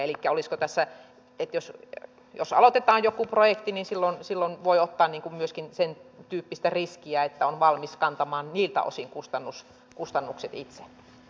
elikkä olisiko tässä niin että jos aloitetaan jokin projekti niin silloin voi ottaa myöskin sentyyppistä riskiä että on valmis kantamaan niiltä osin kustannukset itse